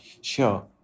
sure